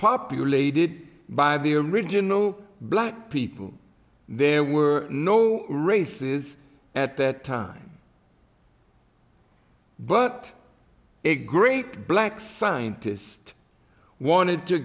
populated by the original black people there were no races at that time but a great black scientists wanted to